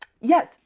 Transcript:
Yes